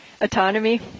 Autonomy